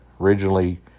originally